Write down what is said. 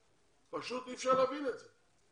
פשוט אי אפשר להבין את זה.